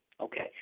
Okay